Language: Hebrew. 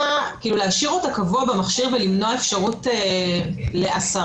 קבוע במכשיר ולמנוע אפשרות להסרה?